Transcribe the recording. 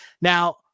Now